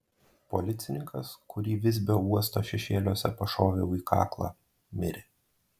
policininkas kurį visbio uosto šešėliuose pašoviau į kaklą mirė